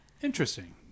Interesting